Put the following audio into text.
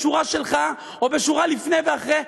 בשורה שלך או בשורה לפני ואחרי,